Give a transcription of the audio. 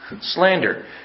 slander